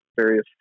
various